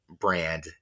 brand